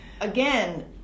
Again